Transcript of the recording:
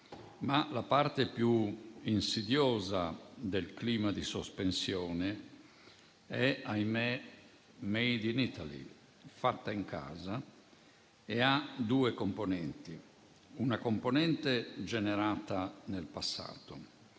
Ma la parte più insidiosa del clima di sospensione è - ahimè - *made in Italy*, fatta in casa, e ha due componenti: una componente generata nel passato